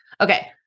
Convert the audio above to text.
Okay